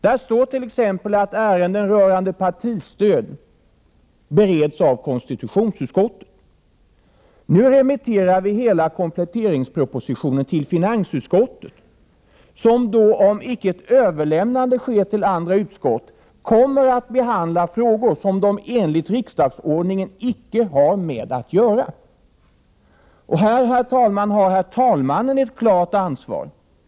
Där står t.ex. att ärenden rörande partistöd bereds av konstitutionsutskottet. Nu remitteras hela kompletteringspropositionen till finansutskottet, som då om icke överlämnande sker till andra utskott kommer att behandla frågor som det enligt riksdagsordningen inte har med att göra. Här har herr talmannen ett klart ansvar.